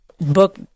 book